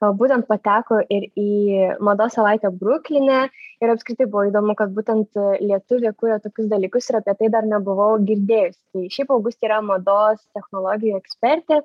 o būtent pateko ir į mados savaitę brukline ir apskritai buvo įdomu kad būtent lietuvė kuria tokius dalykus ir apie tai dar nebuvau girdėjusi tai šiaip augustė yra mados technologijų ekspertė